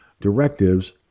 directives